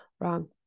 Wrong